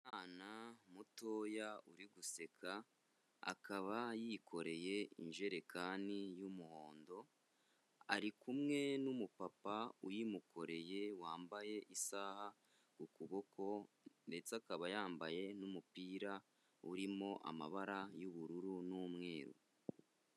Umwana mutoya uri guseka, akaba yikoreye injerekani y'umuhondo, ari kumwe n'umupapa uyimukoreye, wambaye isaha ku kuboko, ndetse akaba yambaye n'umupira urimo amabara y'ubururu n'umweru.